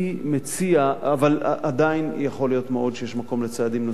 אבל עדיין יכול להיות מאוד שיש מקום לצעדים נוספים,